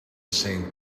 saint